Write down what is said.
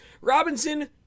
Robinson